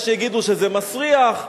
יש שיגידו שזה מסריח,